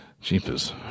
Jeepers